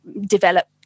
develop